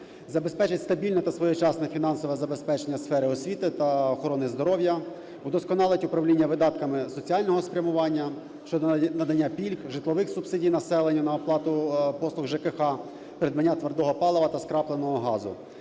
забезпечить стабільне та своєчасне фінансове забезпечення сфери освіти та охорони здоров'я; удосконалить управління видатками соціального спрямування щодо надання пільг, житлових субсидій населенню на оплату послуг ЖКГ; придбання твердого палива та скрапленого газу.